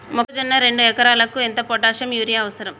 మొక్కజొన్న రెండు ఎకరాలకు ఎంత పొటాషియం యూరియా అవసరం?